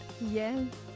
Yes